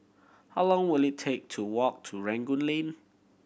how long will it take to walk to Rangoon Lane